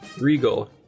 Regal